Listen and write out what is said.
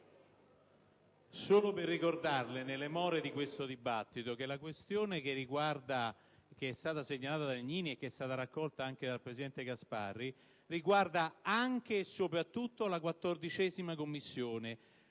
solo per ricordarle, nelle more di questo dibattito, che la questione che è stata segnalata dal senatore Legnini e che è stata raccolta anche dal presidente Gasparri riguarda anche e soprattutto la 14ª Commissione,